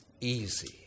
Easy